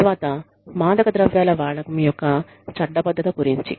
తర్వాత మాదకద్రవ్యాల వాడకం యొక్క చట్టబద్ధత గురుంచి